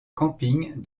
camping